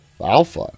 Alpha